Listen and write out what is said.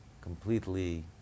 completely